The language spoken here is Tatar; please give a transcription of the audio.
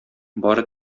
бары